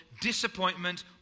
disappointment